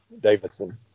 Davidson